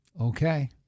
Okay